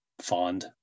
fond